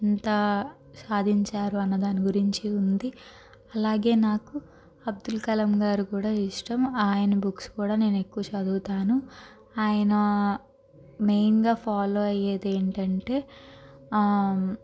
ఎంత సాధించారు అన్న దాని గురించి ఉంది అలాగే నాకు అబ్దుల్ కలాం గారు కూడా ఇష్టం ఆయన బుక్స్ కూడా నేను ఎక్కువ చదువుతాను ఆయన మెయిన్గా ఫాలో అయ్యేది ఏంటంటే